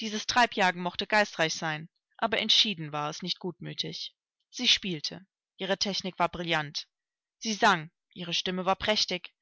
dieses treibjagen mochte geistreich sein aber entschieden war es nicht gutmütig sie spielte ihre technik war brillant sie sang ihre stimme war prächtig